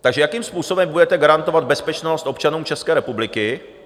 Takže jakým způsobem budete garantovat bezpečnost občanům České republiky?